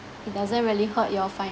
doesn't really hurt your